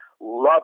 Love